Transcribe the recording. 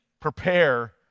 prepare